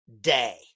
day